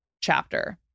chapter